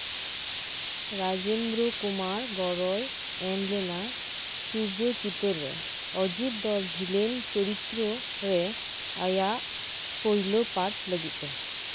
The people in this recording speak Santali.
ᱨᱟᱡᱮᱱᱫᱚᱨᱚ ᱠᱩᱢᱟᱨ ᱜᱚᱲᱚᱭ ᱮᱢ ᱞᱮᱱᱟ ᱥᱩᱨᱡᱚ ᱪᱤᱛᱟᱹᱨ ᱨᱮ ᱚᱡᱤᱛ ᱫᱚ ᱵᱷᱤᱞᱮᱱᱟ ᱪᱚᱨᱤᱛᱚᱨᱚᱨᱮ ᱟᱭᱟᱜ ᱯᱳᱭᱞᱳ ᱯᱟᱴᱷ ᱞᱟᱹᱜᱤᱫᱛᱮ